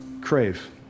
crave